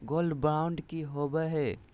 Gold bond की होबो है?